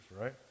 right